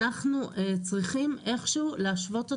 אנחנו צריכים איכשהו להשוות אותו למוצר הייחוס,